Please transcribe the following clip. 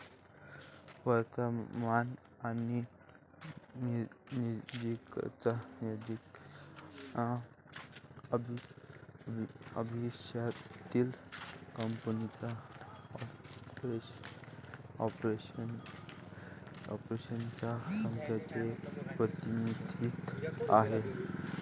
वर्तमान आणि नजीकच्या भविष्यातील कंपनीच्या ऑपरेशन्स च्या संख्येचे प्रतिनिधित्व आहे